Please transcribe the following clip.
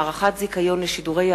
האצלה,